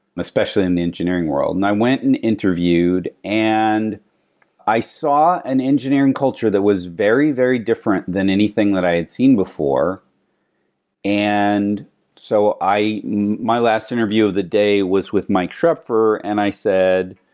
especially in the engineering world. and i went and interviewed. and i saw an engineering culture that was very, very different than anything that i had seen before and so my last interview of the day was with mike schroepfer and i said,